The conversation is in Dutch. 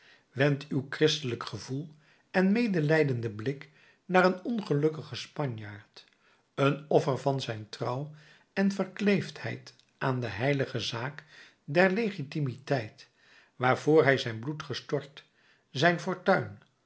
wend uw christelijk gevoel en medelijdenden blik naar een ongelukkigen spanjaard een offer van zijn trouw en verkleefdheid aan de heilige zaak der legitimiteit waarvoor hij zijn bloed gestort zijn fortuin